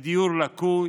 בדיור לקוי